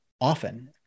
often